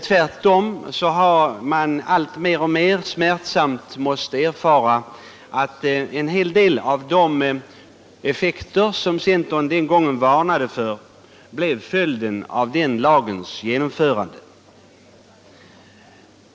Tvärtom har vi alltmer smärtsamt erfarit att en hel del av de effekter som centern den gången varnade för också blev följden av lagens genomförande.